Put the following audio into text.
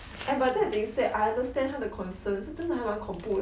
eh that being said I understand 他的 concerns 真的还蛮恐怖的